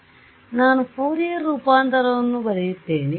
ಆದ್ದರಿಂದ ನಾನು ಫೋರಿಯರ್ ರೂಪಾಂತರವನ್ನು ಬರೆಯುತ್ತೇನೆ